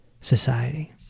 society